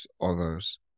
others